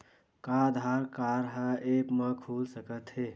का आधार ह ऐप म खुल सकत हे?